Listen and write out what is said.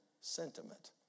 sentiment